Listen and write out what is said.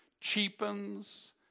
cheapens